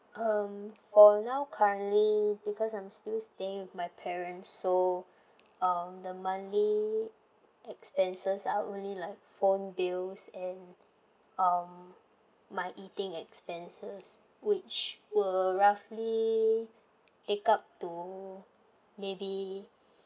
um for now currently because I'm still staying with my parents so um the monthly expenses are only like phone bills and um my eating expenses which will roughly take up to maybe